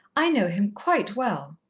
i know him quite well.